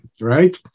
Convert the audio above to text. right